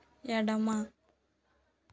ఎడమ